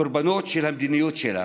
קורבנות של המדיניות שלה,